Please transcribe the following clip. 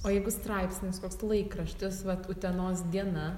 o jeigu straipsnis koks laikraštis vat utenos diena